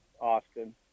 Austin